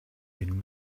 been